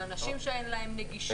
של אנשים שאין להם נגישות.